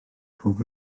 pobl